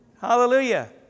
Hallelujah